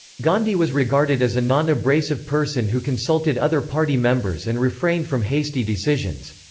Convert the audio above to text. gandhi was regarded as a non-abrasive person who consulted other party members and refrained from hasty decisions.